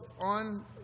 on